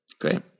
Great